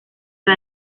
era